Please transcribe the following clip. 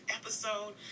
episode